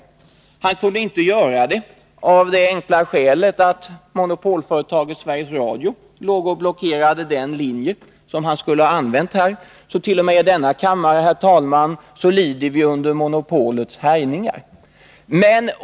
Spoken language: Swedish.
Raul Blächer kunde inte spela upp kassetten av det enkla skälet att monopolföretaget Sveriges Radio blockerade den linje som han skulle ha använt. T. o. m. i denna kammare lider vi, herr talman, av monopolets härjningar.